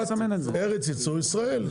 ארץ ייצור ישראל,